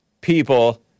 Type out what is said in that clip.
people